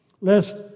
lest